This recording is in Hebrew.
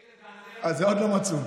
את זה עוד לא מצאו.